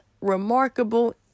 remarkable